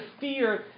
fear